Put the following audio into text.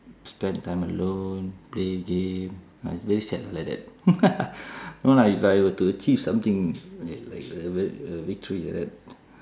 spend time alone play game ah it's very sad lah like that no lah if I were to achieve something like like like like like victory like that